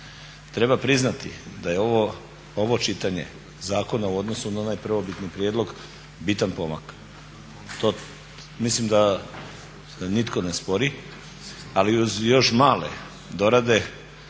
Treba priznati da je ovo čitanje zakona u odnosu na onaj prvobitni prijedlog bitan pomak. To mislim da nitko ne spori. Ali uz još male dorade